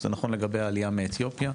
זה נכון לעלייה מאתיופיה,